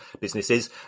businesses